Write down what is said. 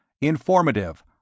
Informative